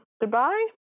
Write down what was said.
goodbye